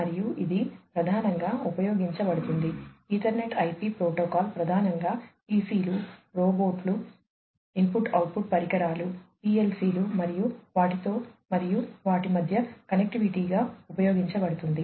మరియు ఇది ప్రధానంగా ఉపయోగించబడుతుంది ఈథర్నెట్ IP ప్రోటోకాల్ ప్రధానంగా PC లు రోబోట్లు ఇన్పుట్ అవుట్పుట్ పరికరాలు PLC లు మరియు వాటితో మరియు వాటి మధ్య కనెక్టివిటీగా ఉపయోగించబడుతుంది